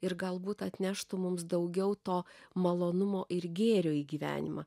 ir galbūt atneštų mums daugiau to malonumo ir gėrio į gyvenimą